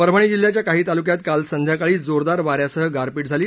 परभणी जिल्ह्याच्या काही तालुक्यात काल सायंकाळी जोरदार वाऱ्यासह गारपीट झाली